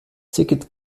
ticket